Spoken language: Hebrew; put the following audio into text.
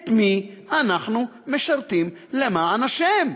את מי אנחנו משרתים, למען השם?